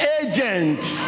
agents